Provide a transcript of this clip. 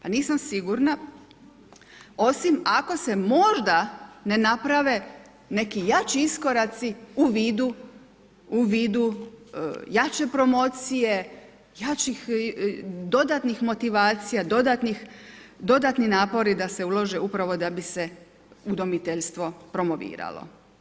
A nisam sigurna, osim ako se možda ne naprave neki jači iskoraci u vidu jače promocije, jačih dodatnih motivacija, dodatnih napori da se ulože upravo da bi se udomiteljstvo promoviralo.